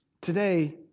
Today